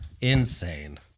insane